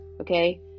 okay